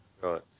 Right